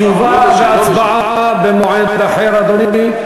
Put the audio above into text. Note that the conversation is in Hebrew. תשובה והצבעה במועד אחר, אדוני.